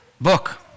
book